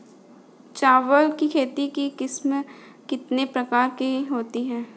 चावल की खेती की किस्में कितने प्रकार की होती हैं?